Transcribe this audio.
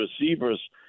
receivers